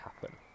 happen